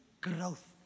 growth